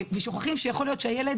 ושוכחים שיכול להיות שהילד,